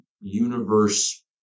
universe